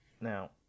now